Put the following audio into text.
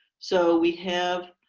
so we have